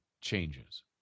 changes